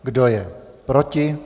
Kdo je proti?